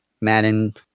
Madden